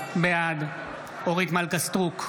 בעד אורית מלכה סטרוק,